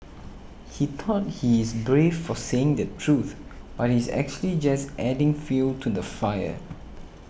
he thought he is brave for saying the truth but he's actually just adding fuel to the fire